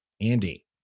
Andy